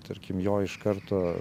tarkim jo iš karto